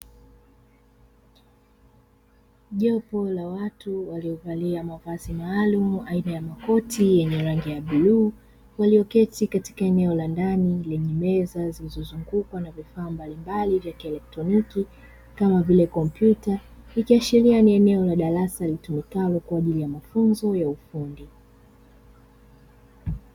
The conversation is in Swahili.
Jopo la watu waliovalia mavazi maalumu, aina ya makoti yenye rangi ya bluu, walioketi katika eneo la ndani lenye meza iliyozungukwa na vifaa mbalimbali vya kieletroniki, kama vile kompyuta. Ikiashiria kuwa ni eneo la darasa litumikalo kwa ajili ya mafunzo ya ufundi.